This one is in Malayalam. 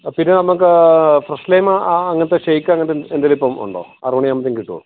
പിന്നെ നമുക്ക് ഫ്രഷ് ലൈം അങ്ങനത്തെ ഷേക്ക് അങ്ങനെ എ എന്തെങ്കിലും ഇപ്പം ഉണ്ടോ ആറ് മണിയാവുമ്പോഴത്തേക്കും കിട്ടുമോ